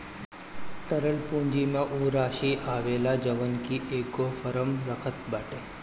तरल पूंजी में उ राशी आवेला जवन की एगो फर्म रखत बाटे